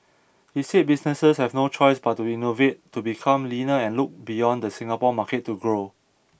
he said businesses have no choice but to innovate to become leaner and look beyond the Singapore market to grow